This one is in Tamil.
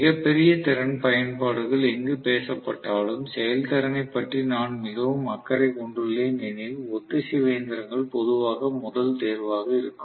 மிகப் பெரிய திறன் பயன்பாடுகள் எங்கு பேசப்பட்டாலும் செயல்திறனைப் பற்றி நான் மிகவும் அக்கறை கொண்டுள்ளேன் எனில் ஒத்திசைவு இயந்திரங்கள் பொதுவாக முதல் தேர்வுகளாக இருக்கும்